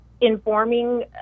informing